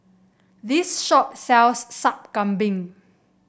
this shop sells Sup Kambing